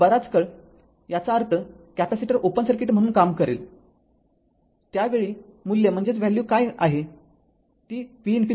आणि बराच काळ याचा अर्थ कॅपेसिटर ओपन सर्किट म्हणून काम करेल त्यावेळी मूल्य काय आहे ते V ∞आहे